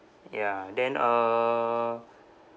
ya then uh